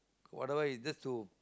whatever is just to